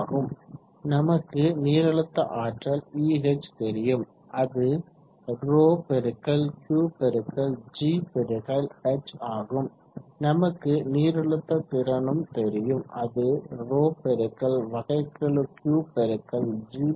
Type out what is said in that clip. ஆகும் நமக்கு நீரழுத்த ஆற்றல் Eh தெரியும் அது ρQgh ஆகும் நமக்கு நீரழுத்த திறனும் தெரியும் அது ρQ dot gh ஆகும்